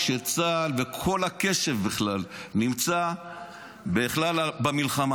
כשצה"ל וכל הקשב נמצא בכלל במלחמה.